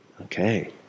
Okay